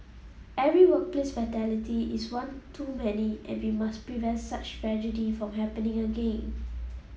every workplace fatality is one too many and we must prevent such tragedy from happening again